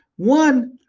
one,